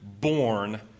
born